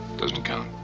doesn't count.